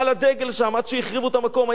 עד שהחריבו את המקום היה הרב של העיר ימית,